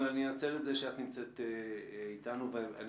אבל אני אנצל את זה שאת נמצאת איתנו ואני